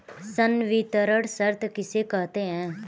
संवितरण शर्त किसे कहते हैं?